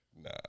nah